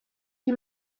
die